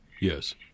Yes